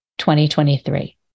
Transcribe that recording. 2023